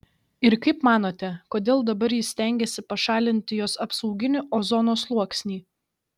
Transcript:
ir kaip manote kodėl dabar jis stengiasi pašalinti jos apsauginį ozono sluoksnį